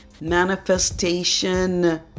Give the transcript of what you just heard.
Manifestation